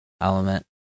element